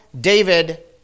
David